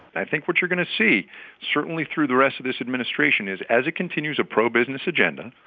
i think what you're going to see certainly through the rest of this administration is as it continues a pro-business agenda,